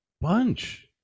bunch